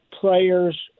players